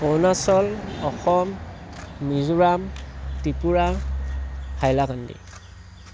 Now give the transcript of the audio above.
Arunachal Assam Mizoram Tripura Hailakandi